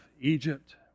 Egypt